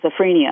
schizophrenia